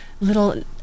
little